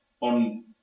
on